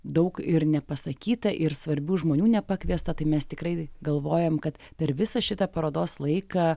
daug ir nepasakyta ir svarbių žmonių nepakviesta tai mes tikrai galvojam kad per visą šitą parodos laiką